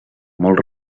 molt